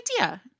idea